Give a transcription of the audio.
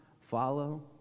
follow